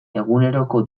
eguneroko